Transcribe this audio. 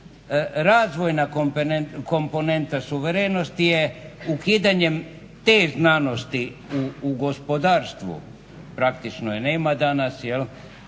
Razvojna komponenta suverenosti je ukidanjem te znanosti u gospodarstvu praktično je nema danas jel'